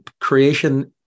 creation